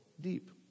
deep